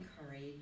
encourage